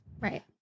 right